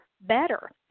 better